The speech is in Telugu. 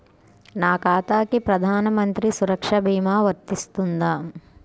నా ఖాతాకి ప్రధాన మంత్రి సురక్ష భీమా వర్తిస్తుందా?